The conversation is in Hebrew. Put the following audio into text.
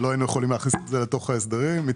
לא היינו יכולים להכניס את זה לחוק ההסדרים.